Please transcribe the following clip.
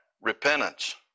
repentance